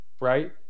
right